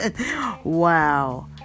Wow